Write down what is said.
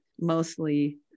mostly